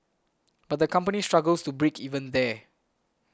but the company struggles to break even there